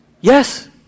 Yes